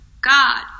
God